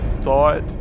thought